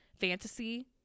fantasy